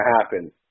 happen